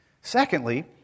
Secondly